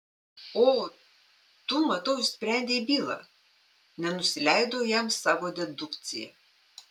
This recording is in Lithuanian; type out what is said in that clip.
o tu matau išsprendei bylą nenusileidau jam savo dedukcija